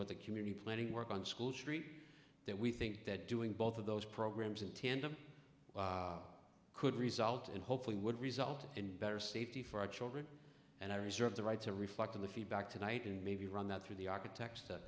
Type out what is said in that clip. with the community planning work on school street that we think that doing both of those programs in tandem could result in hopefully would result in better safety for our children and i reserve the right to reflect on the feedback tonight and maybe run that through the architects to